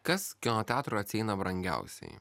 kas kino teatrui atsieina brangiausiai